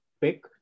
pick